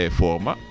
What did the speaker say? forma